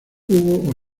hubo